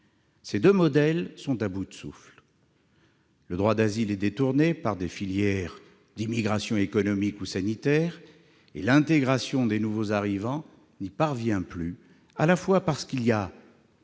ces deux modèles sont à bout de souffle. Le droit d'asile est détourné par des filières d'immigration économique ou sanitaire et l'intégration des nouveaux arrivants se heurte au problème